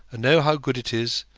and know how good it is,